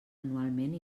anualment